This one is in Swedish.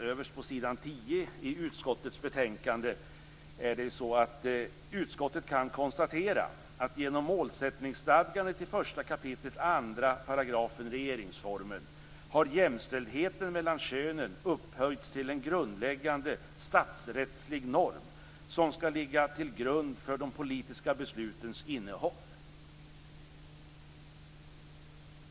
Överst på s. 10 i utskottets betänkande uttrycks följande: "Utskottet kan konstatera att genom målsättningsstadgandet i 1 kap. 2 § regeringsformen har jämställdheten mellan könen upphöjts till en grundläggande statsrättslig norm, som skall ligga till grund för de politiska beslutens innehåll."